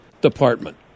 department